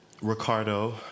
Ricardo